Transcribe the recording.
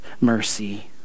mercy